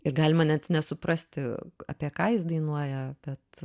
ir galima net nesuprasti apie ką jis dainuoja bet